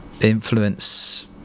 influence